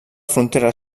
frontera